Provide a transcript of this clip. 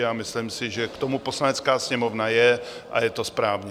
A myslím si, že k tomu Poslanecká sněmovna je a je to správně.